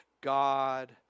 God